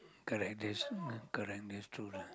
correct that's uh correct that's true lah